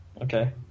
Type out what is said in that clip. Okay